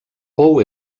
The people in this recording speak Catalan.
pou